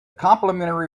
complimentary